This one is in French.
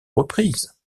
reprises